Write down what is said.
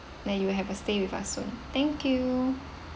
may you will have a stay with us soon thank you